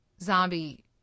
zombie